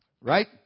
Right